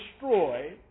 destroy